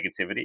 negativity